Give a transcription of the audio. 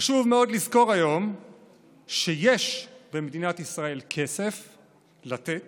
חשוב מאוד לזכור היום שיש במדינת ישראל כסף לתת